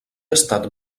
estat